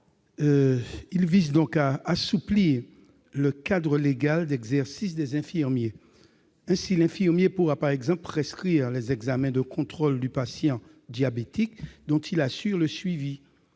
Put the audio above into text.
vise à assouplir le cadre légal d'exercice des infirmiers. Ainsi, l'infirmier pourra, par exemple, prescrire les examens de contrôle du patient diabétique dont il assure le suivi.